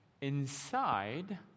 inside